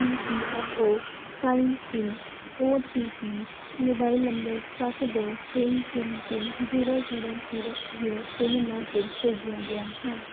E P F O sign in O T P mobile number ਸੱਤ ਦੋ ਤਿੰਨ ਤਿੰਨ ਤਿੰਨ ਜ਼ੀਰੋ ਜ਼ੀਰੋ ਜ਼ੀਰੋ ਜ਼ੀਰੋ ਤਿੰਨ ਨੌ 'ਤੇ ਭੇਜਿਆ ਗਿਆ ਹੈ